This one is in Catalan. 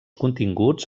continguts